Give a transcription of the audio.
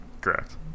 Correct